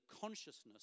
consciousness